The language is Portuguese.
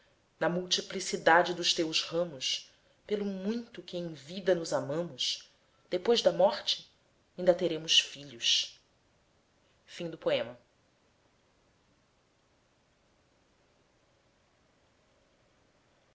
na multiplicidade dos teus ramos pelo muito que em vida nos amamos depois da morte inda teremos filhos em